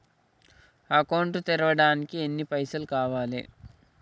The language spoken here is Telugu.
అకౌంట్ తెరవడానికి ఎన్ని పైసల్ కావాలే?